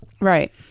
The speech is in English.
Right